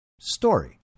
story